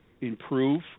improve